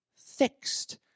fixed